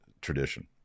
tradition